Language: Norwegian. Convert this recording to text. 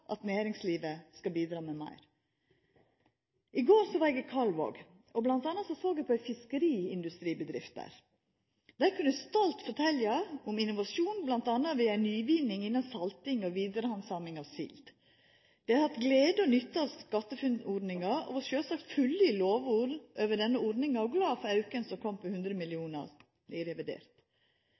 at næringslivet skal bidra med meir. I går var eg i Kalvåg, og der såg eg bl.a. på ei fiskeindustribedrift. Dei kunne stolt fortelja om innovasjon bl.a. ved ei nyvinning innan salting og vidarehandsaming av sild. Dei har hatt glede og nytte av SkatteFUNN-ordninga og var sjølvsagt fulle av lovord om denne ordninga og glade for auken på 100 mrd. kr som kom